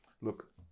look